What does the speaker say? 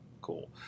cool